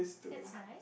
to